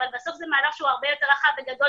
אבל בסוף זה מהלך שהוא הרבה יותר רחב וגדול